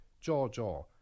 jaw-jaw